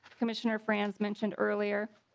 commissioner frans mentioned earlier.